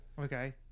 Okay